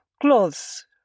clothes